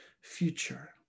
future